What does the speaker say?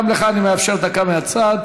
גם לך אני מאפשר דקה מהצד,